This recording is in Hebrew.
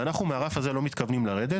אנחנו מהרף הזה לא מתכוונים לרדת.